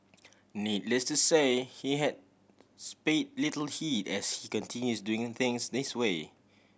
needless to say he has spay little heed as he continues doing things this way